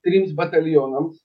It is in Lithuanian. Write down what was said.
trims batalionams